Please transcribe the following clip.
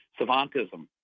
Savantism